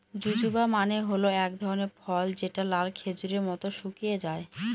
জুজুবা মানে হল এক ধরনের ফল যেটা লাল খেজুরের মত শুকিয়ে যায়